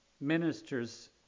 ministers